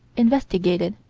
investigated.